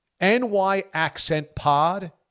nyaccentpod